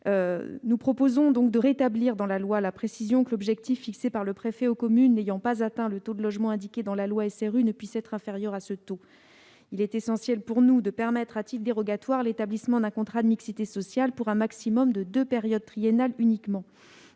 Nous proposons de rétablir le texte initial et de prévoir que l'objectif fixé par le préfet aux communes n'ayant pas atteint le taux de logements indiqué dans la loi SRU ne puisse être inférieur à ce taux. Il est essentiel pour nous de permettre, à titre dérogatoire, l'établissement d'un contrat de mixité sociale pour deux périodes triennales au maximum.